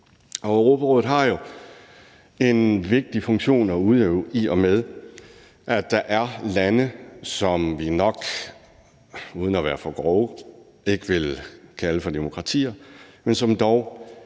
Europarådet har en vigtig funktion at udøve, da der er lande, som vi nok – uden at være for grove – ikke vil kalde for demokratier, men som dog,